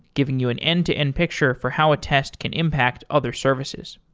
giving you and end-to-end picture for how a test can impact other services.